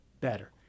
better